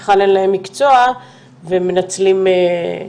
שלא חל עליהם מקצוע והם מנצלים,